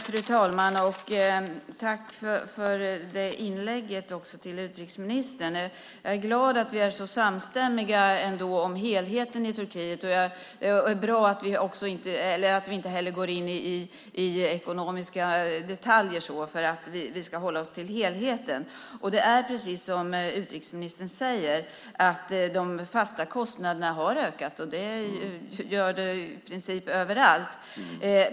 Fru talman! Jag tackar utrikesministern för inlägget. Jag är glad att vi ändå är så samstämmiga om helheten i Turkiet. Det är bra att vi inte heller går in på ekonomiska detaljer. Vi ska hålla oss till helheten. Precis som utrikesministern säger har de fasta kostnaderna ökat. Det gör de i princip överallt.